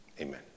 amen